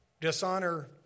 dishonor